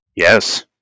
Yes